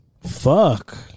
Fuck